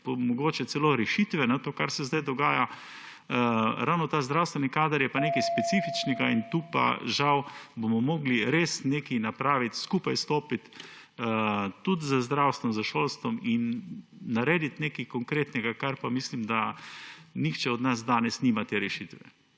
bo mogoče celo rešiti – to, kar se zdaj dogaja –, ravno ta zdravstveni kader je pa nekaj specifičnega. Tukaj pa žal bomo morali res nekaj napraviti, skupaj stopiti, tudi z zdravstvom, s šolstvom in narediti nekaj konkretnega, za kar pa mislim, da nihče od nas danes nima te rešitve.